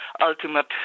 ultimate